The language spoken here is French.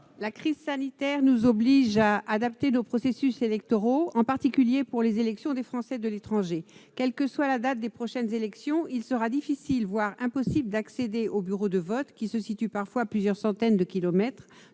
La crise sanitaire nous oblige à adapter nos processus électoraux, en particulier pour les élections des Français de l'étranger. Quelle que soit la date des prochaines élections, il sera difficile, voire impossible, d'accéder aux bureaux de vote qui se situent parfois à plusieurs centaines de kilomètres